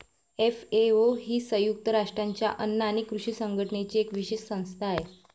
FAO ही संयुक्त राष्ट्रांच्या अन्न आणि कृषी संघटनेची एक विशेष संस्था आहे